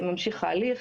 ממשיך ההליך.